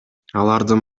алардын